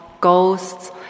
ghosts